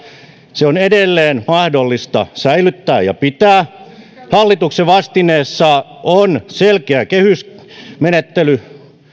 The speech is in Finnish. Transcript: se on edelleen mahdollista säilyttää ja pitää hallituksen vastineessa on selkeä kehysmenettely